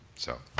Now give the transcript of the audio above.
so.